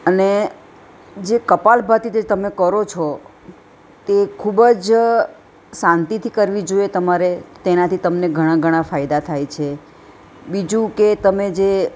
અને જે કપાલભાતિ જે તમે કરો છો તે ખૂબ જ શાંતિથી કરવી જોઈએ તમારે તેનાથી તમને ઘણા ઘણા ફાયદા થાય છે બીજું કે તમે જે